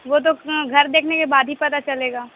وہ تو گھر دیکھنے کے بعد ہی پتہ چلے گا